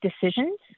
decisions